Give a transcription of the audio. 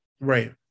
right